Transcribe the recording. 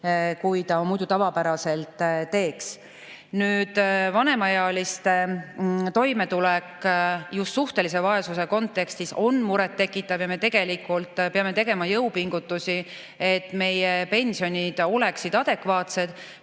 kui ta muidu tavapäraselt seda teeks. Vanemaealiste toimetulek just suhtelise vaesuse kontekstis on muret tekitav ja me peame tegema jõupingutusi, et meie pensionid oleksid adekvaatsed.